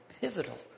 pivotal